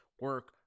Work